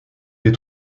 des